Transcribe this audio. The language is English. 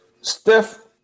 Steph